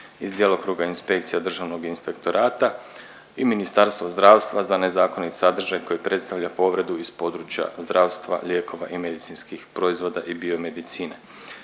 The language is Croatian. iz djelokruga inspekcija Državnog inspektorata i Ministarstvo zdravstva za nezakonit sadržaj koji predstavlja povredu iz područja zdravstva, lijekova i medicinskih proizvoda i biomedicine.